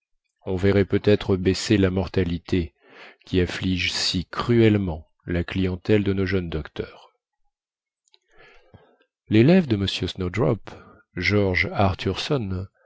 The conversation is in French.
on verrait peut-être baisser la mortalité qui afflige si cruellement la clientèle de nos jeunes docteurs lélève de m snowdrop george arthurson